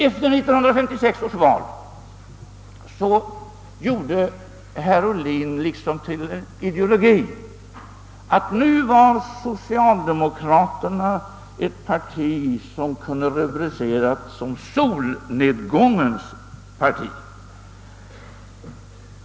Efter 1956 års val gjorde herr Ohlin liksom till en ideologi att socialdemokraterna nu var ett parti som kunde rubriceras som solnedgångens parti.